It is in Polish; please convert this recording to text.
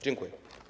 Dziękuję.